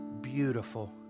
beautiful